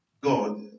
God